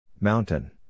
Mountain